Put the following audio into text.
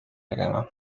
tegema